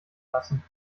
lassen